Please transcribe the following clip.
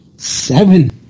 Seven